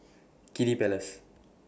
Kiddy Palace